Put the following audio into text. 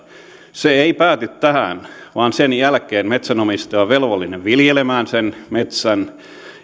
se ei pääty tähän vaan sen jälkeen metsänomistaja on velvollinen viljelemään sen metsän